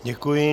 Děkuji.